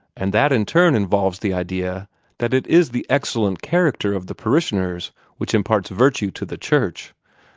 and that in turn involves the idea that it is the excellent character of the parishioners which imparts virtue to the church.